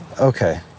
Okay